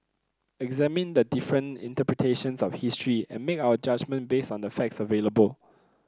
examine the different interpretations of history and make our judgement based on the facts available